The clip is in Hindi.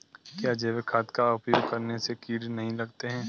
क्या जैविक खाद का उपयोग करने से कीड़े नहीं लगते हैं?